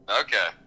Okay